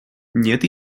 нет